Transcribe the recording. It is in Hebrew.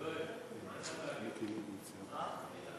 גברתי היושבת-ראש, ערב טוב.